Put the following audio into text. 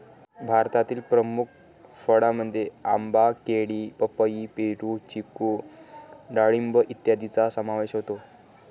भारतातील प्रमुख फळांमध्ये आंबा, केळी, पपई, पेरू, चिकू डाळिंब इत्यादींचा समावेश होतो